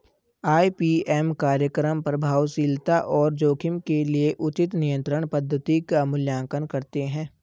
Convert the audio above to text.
IPM कार्यक्रम प्रभावशीलता और जोखिम के लिए उचित नियंत्रण पद्धति का मूल्यांकन करते हैं